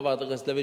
חברת הכנסת לוי,